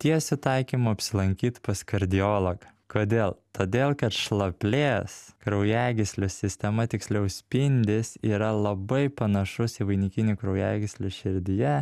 tiesiu taikymu apsilankyt pas kardiologą kodėl todėl kad šlaplės kraujagyslių sistema tiksliau spindis yra labai panašus į vainikinių kraujagyslių širdyje